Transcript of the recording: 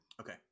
Okay